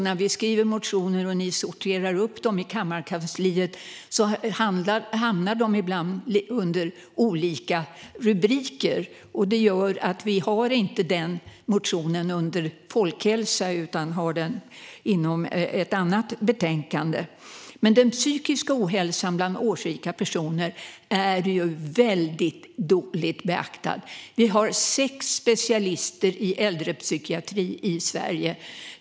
När vi skriver motioner och kammarkansliet sorterar dem hamnar de ibland under olika rubriker. Det gör att denna motion inte hamnat inom folkhälsoområdet utan i ett annat betänkande. Den psykiska hälsan bland årsrika personer är väldigt dåligt beaktad. I Sverige finns sex specialister inom äldrepsykiatrin.